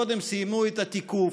קודם סיימו את התיקוף,